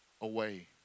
away